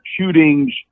shootings